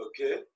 Okay